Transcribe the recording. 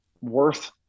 worth